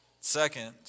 Second